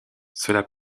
cela